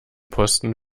posten